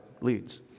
leads